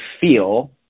feel